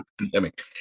pandemic